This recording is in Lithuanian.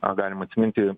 o galima atsiminti